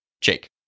Jake